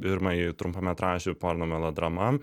pirmąjį trumpametražį porno melodrama